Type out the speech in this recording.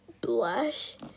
blush